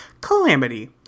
calamity